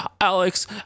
alex